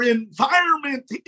environment